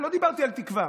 לא דיברתי על תקווה.